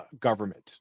government